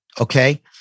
okay